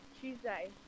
Tuesday